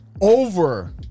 Over